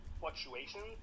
fluctuations